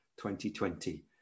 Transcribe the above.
2020